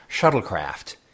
shuttlecraft